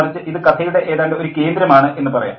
മറിച്ച് ഇത് കഥയുടെ ഏതാണ്ട് ഒരു കേന്ദ്രമാണ് എന്നു പറയാം